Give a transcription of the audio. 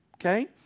Okay